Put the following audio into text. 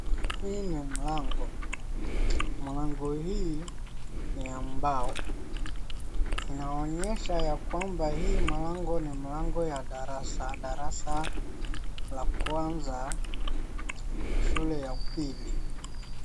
Hii ni mlango. Mlango hii ni ya mbao. Inaonyesha ya kwamba hii mlango ni mlango ya darasa, darasa la kwanza shule ya upili.